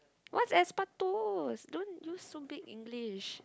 what's asbestos don't use so big English